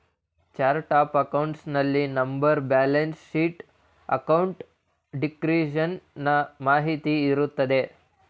chart of accounts ನಲ್ಲಿ number, balance sheet, account description ನ ಮಾಹಿತಿ ಇರುತ್ತದೆ